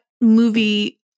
movie